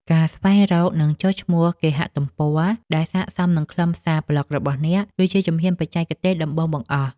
ការស្វែងរក និងចុះឈ្មោះគេហទំព័រ ដែលសក្ដិសមនឹងខ្លឹមសារប្លក់របស់អ្នក គឺជាជំហានបច្ចេកទេសដំបូងបង្អស់។